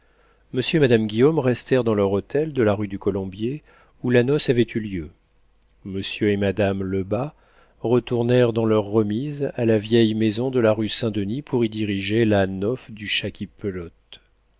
monsieur et madame guillaume restèrent dans leur hôtel de la rue du colombier où la noce avait eu lieu monsieur et madame lebas retournèrent dans leur remise à la vieille maison de la rue saint-denis pour y diriger la nauf du